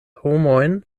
homojn